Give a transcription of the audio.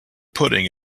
pudding